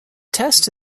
test